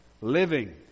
living